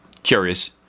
curious